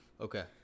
Okay